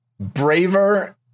braver